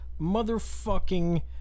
motherfucking